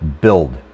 Build